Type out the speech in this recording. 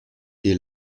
est